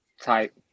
type